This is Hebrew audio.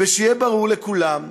ושיהיה ברור לכולם: